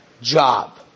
job